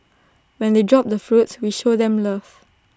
when they drop the fruits we show them love